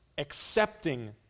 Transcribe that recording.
accepting